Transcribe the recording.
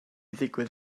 ddigwydd